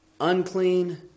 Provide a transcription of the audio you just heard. Unclean